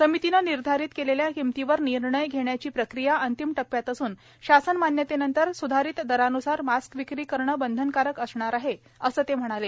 समितीनं निर्धारित केलेल्या किंमतीवर निर्णय घेण्याची प्रक्रिया अंतिम टप्प्यात असून शासन मान्यतेनंतर सुधारित दरान्सार मास्क विक्री करणं बंधनकारक असणार आहे असं ते म्हणाले